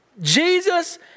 Jesus